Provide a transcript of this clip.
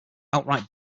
outright